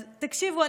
תקשיבו,